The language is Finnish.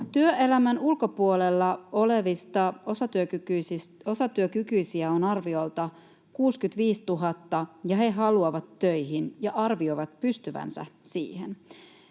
Työelämän ulkopuolella olevista osatyökykyisiä on arviolta 65 000, ja he haluavat töihin ja arvioivat pystyvänsä siihen.